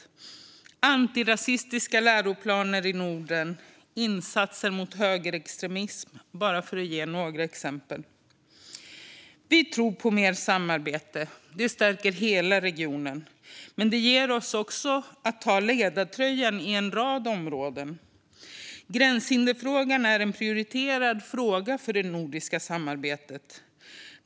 Förslagen gäller också antirasistiska läroplaner i Norden och insatser mot högerextremism. Detta är bara några exempel. Vi tror på mer samarbete. Det stärker hela regionen, men det ger oss också möjligheten att ta ledartröjan på en rad områden. Gränshinderfrågan är en prioriterad fråga för det nordiska samarbetet.